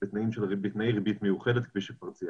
בתנאי ריבית מיוחדת כפי שכבר ציינת.